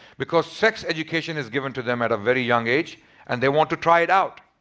because sex education is given to them at a very young age and they want to try it out.